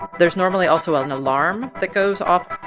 there's normally also an alarm that goes off,